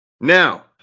Now